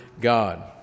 God